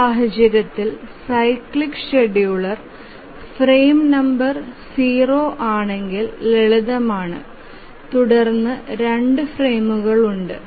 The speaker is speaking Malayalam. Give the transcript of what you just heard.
ഈ സാഹചര്യത്തിൽ സൈക്ലിംഗ് ഷെഡ്യൂളർ ഫ്രെയിം നമ്പർ 0 ആണെങ്കിൽ ലളിതമാണ് തുടർന്ന് രണ്ട് ഫ്രെയിമുകൾ ഉണ്ട്